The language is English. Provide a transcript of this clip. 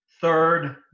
third